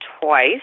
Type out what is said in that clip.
twice